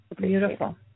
Beautiful